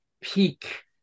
peak